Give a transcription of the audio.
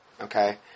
okay